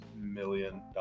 million